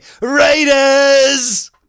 Raiders